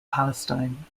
palestine